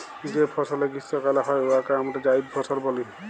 যে ফসলে গীষ্মকালে হ্যয় উয়াকে আমরা জাইদ ফসল ব্যলি